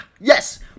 Yes